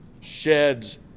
sheds